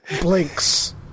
blinks